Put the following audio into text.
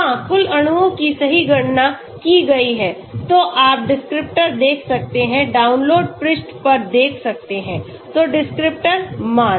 हाँ कुल अणुओं की सही गणना की गई है तो आप डिस्क्रिप्टर देख सकते हैं डाउनलोड पृष्ठ पर देख सकते हैं तो डिस्क्रिप्टर मान